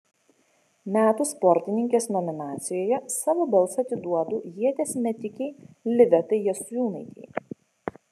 metų sportininkės nominacijoje savo balsą atiduodu ieties metikei livetai jasiūnaitei